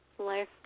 life